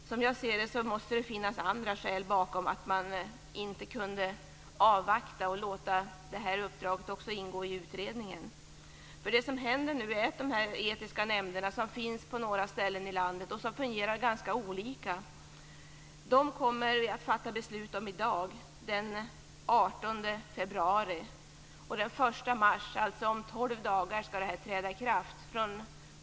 Som jag ser det måste det finnas andra skäl bakom att man inte kunde avvakta och låta även detta uppdrag ingå i utredningen. Det som händer nu är att vi kommer att fatta beslut om de etiska nämnder som finns på några ställen i landet och som fungerar ganska olika. Det kommer att ske i dag, den 18 februari. Den 1 mars, om tolv dagar, skall beslutet träda i kraft.